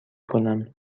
کنم